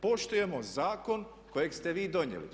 Poštujemo zakon kojeg ste vi donijeli.